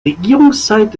regierungszeit